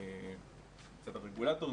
מצד הרגולטור,